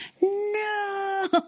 no